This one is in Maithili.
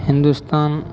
हिन्दुस्तान